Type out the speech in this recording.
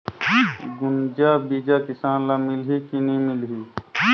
गुनजा बिजा किसान ल मिलही की नी मिलही?